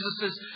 Jesus